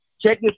Check